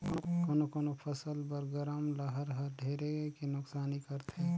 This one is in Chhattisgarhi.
कोनो कोनो फसल बर गरम लहर हर ढेरे के नुकसानी करथे